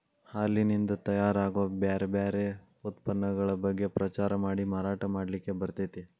ಹಾಲಿನಿಂದ ತಯಾರ್ ಆಗೋ ಬ್ಯಾರ್ ಬ್ಯಾರೆ ಉತ್ಪನ್ನಗಳ ಬಗ್ಗೆ ಪ್ರಚಾರ ಮಾಡಿ ಮಾರಾಟ ಮಾಡ್ಲಿಕ್ಕೆ ಬರ್ತೇತಿ